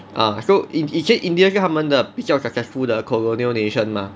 ah so 以前 india 是他们的比较 successful 的 colonial nation mah